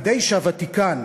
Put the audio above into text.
כדי שהוותיקן,